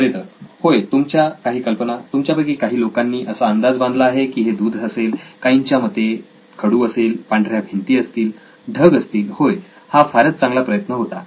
बरे तर होय तुमच्या काही कल्पना तुमच्यापैकी काही लोकांनी असा अंदाज बांधला आहे की हे दूध असेल काहींच्या मते खडू असेल पांढऱ्या भिंती असतील ढग असतील होय हा फारच चांगला प्रयत्न होता